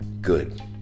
good